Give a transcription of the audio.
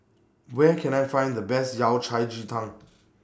Where Can I Find The Best Yao Cai Ji Tang